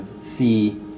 see